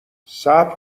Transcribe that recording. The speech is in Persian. صبر